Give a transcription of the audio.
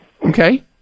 Okay